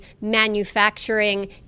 manufacturing